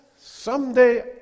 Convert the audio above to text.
someday